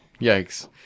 Yikes